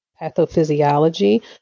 pathophysiology